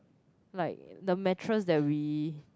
like the mattress that we